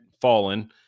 fallen